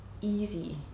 easy